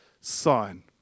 sign